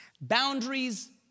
Boundaries